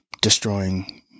destroying